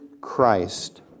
Christ